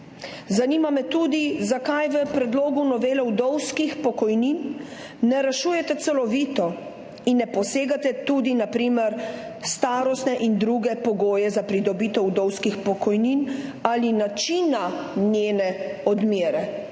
pokojnine? Zakaj v predlogu novele vdovskih pokojnin ne rešujete celovito in ne posegate tudi na primer v starostne in druge pogoje za pridobitev vdovskih pokojnin ali način njihove odmere?